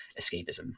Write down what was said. escapism